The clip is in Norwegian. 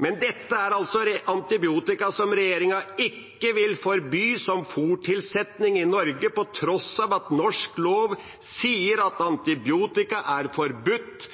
men er altså antibiotika som regjeringa ikke vil forby som fôrtilsetning i Norge, på tross av at norsk lov sier at antibiotika er forbudt